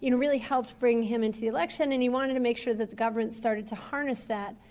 you know really helped bring him into the election and he wanted to make sure that the government started to harness that.